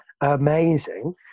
amazing